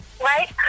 Right